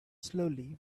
slowly